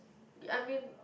I mean